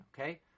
Okay